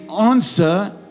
answer